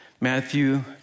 Matthew